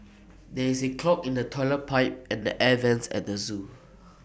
there is A clog in the Toilet Pipe and the air Vents at the Zoo